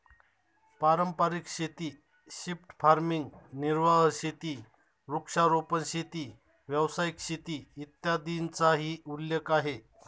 पारंपारिक शेती, shift farming, निर्वाह शेती, वृक्षारोपण शेती, व्यावसायिक शेती, इत्यादींचाही उल्लेख आहे